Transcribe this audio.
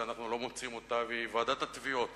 ואנחנו לא מוצאים אותה, והיא ועידת התביעות.